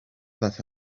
that